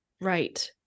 Right